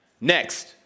Next